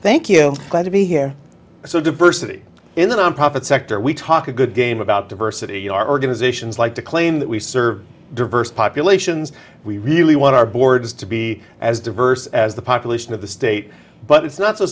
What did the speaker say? thank you glad to be here so diversity in the nonprofit sector we talk a good game about diversity our organizations like to claim that we serve diverse populations we really want our borders to be as diverse as the population of the state but it's not so